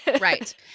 Right